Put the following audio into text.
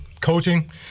coaching